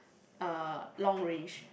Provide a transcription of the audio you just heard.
uh long range